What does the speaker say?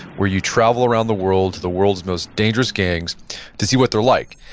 where you travel around the world to the world's most dangerous gangs to see what they're like.